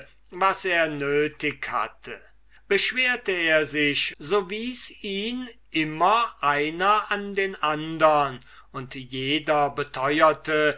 was er nötig hatte beschwerte er sich so wies ihn immer einer an den andern und jeder beteuerte